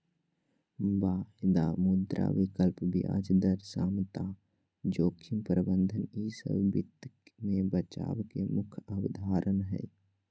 वायदा, मुद्रा विकल्प, ब्याज दर समता, जोखिम प्रबंधन ई सब वित्त मे बचाव के मुख्य अवधारणा हय